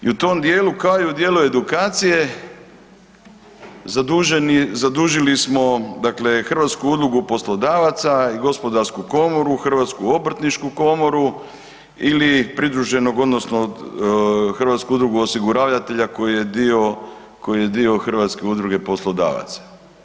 I u tom dijelu kao i u dijelu edukacije zadužili smo dakle Hrvatsku udrugu poslodavaca i gospodarsku komoru, Hrvatsku obrtničku komoru ili pridruženog odnosno Hrvatsku udrugu osiguravatelja koji je dio, koji je dio Hrvatske udruge poslodavaca.